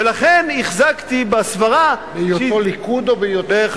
ולכן החזקתי בסברה, בהיותו ליכוד או בהיותו, ?